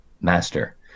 master